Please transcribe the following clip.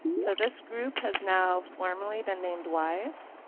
so this group has now formally been named wise,